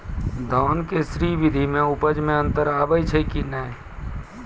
धान के स्री विधि मे उपज मे अन्तर आबै छै कि नैय?